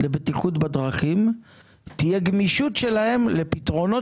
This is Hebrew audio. לבטיחות בדרכים תהיה גמישות שלהם לפתרונות